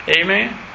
Amen